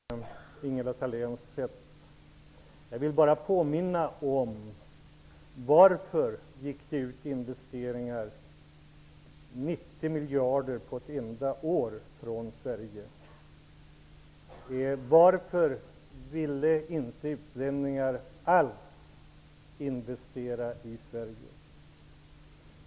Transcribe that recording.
Herr talman! Jag är förvånad, eller kanske inte förvånad, över Ingela Thalén. Jag vill bara påminna om att det gick ut investeringar på 90 miljarder under ett enda år från Sverige. Varför ville inte utlänningar alls investera i Sverige?